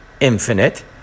infinite